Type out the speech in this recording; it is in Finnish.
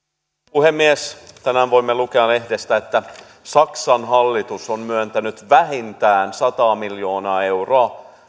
puhemies tänään voimme lukea lehdestä että saksan hallitus on myöntänyt vähintään sata miljoonaa euroa